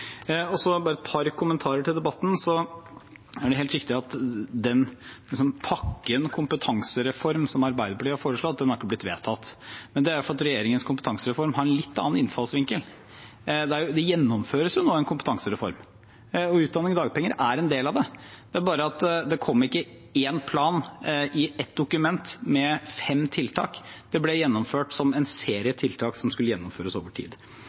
Så bare et par kommentarer til debatten: Det er helt riktig at den pakken med kompetansereform som Arbeiderpartiet har foreslått, ikke er blitt vedtatt. Men det er fordi regjeringens kompetansereform har en litt annen innfallsvinkel. Det gjennomføres jo nå en kompetansereform, og utdanning og dagpenger er en del av det. Det er bare at det ikke kom i én plan, i ett dokument, med fem tiltak. Det ble gjennomført som en serie tiltak som skulle gjennomføres over tid.